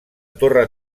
torre